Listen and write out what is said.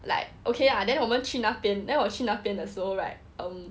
like okay lah then 我们去那边 then 我去那边的时候 right um